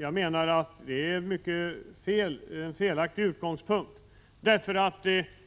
Jag menar att det är ett felaktigt synsätt.